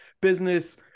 business